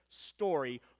story